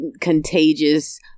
contagious